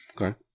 Okay